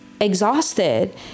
exhausted